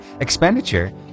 expenditure